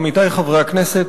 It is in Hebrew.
עמיתי חברי הכנסת,